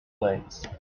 blades